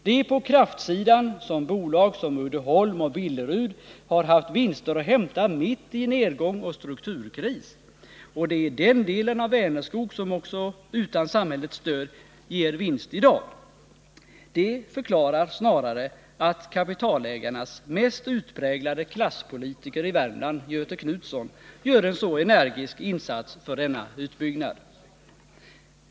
Det är på kraftsidan som bolag som Uddeholm och Billerud har haft vinster att hämta mitt i nedgång och strukturkris, och det är den delen av Vänerskog som också utan samhällets stöd kan ge vinst i dag. Det förklarar att kapitalägarnas mest utpräglade klasspolitiker i Värmland, Göthe Knutson, gör en så energisk insats för denna utbyggnad.